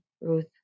Ruth